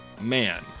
man